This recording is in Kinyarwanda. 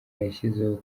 yashyizeho